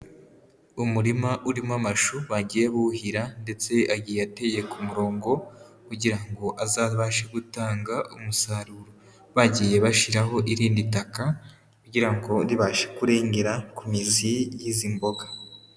Umurima urimo amashu bagiye buhira ndetse agiye ateye ku murongo kugira ngo azabashe gutanga umusaruro, bagiye bashyiraho irindi taka kugira ngo ribashe kurengera ku mizi y'izi mboga.